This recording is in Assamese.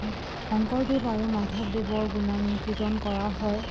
শংকৰদেৱ আৰু মাধৱদেৱৰ গুণানুকীৰ্তন কৰা হয়